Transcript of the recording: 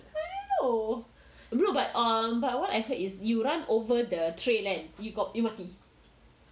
I don't know no but err what I heard is you run over the tray kan you got you mati